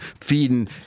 feeding